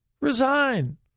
Resign